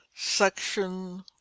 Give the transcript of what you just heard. section